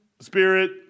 Spirit